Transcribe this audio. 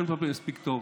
כן מטפלת מספיק טוב.